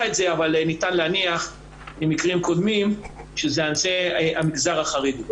את זה אבל ניתן להניח שזה אנשי המגזר החרדי.